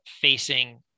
facing